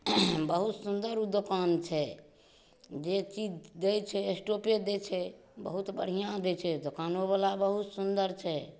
बहुत सुन्दर ओ दोकान छै जे चीज दै छै स्टोपे दै छै बहुत बढ़िऑं दै छै दोकानोवाला बहुत सुन्दर छै